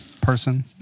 person